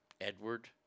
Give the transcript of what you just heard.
Edward